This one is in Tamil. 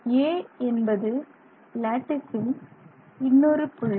A என்பது லேட்டிசின் இன்னொரு புள்ளி